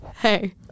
Hey